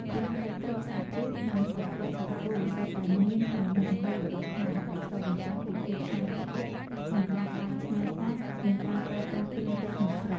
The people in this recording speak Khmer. ទាំងសាច់ក្រកសាច់ជ្រូក និងសាច់ក្រកសាច់គោសុទ្ធតែមានក្នុងមុខម្ហូបរបស់ខ្មែរ ដែលឆ្លុះបញ្ចាំងពីភាពច្នៃប្រឌិតក្នុងការកែច្នៃសាច់ និងការប្រើប្រាស់គ្រឿងទេសក្នុងស្រុក។